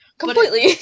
Completely